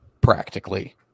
practically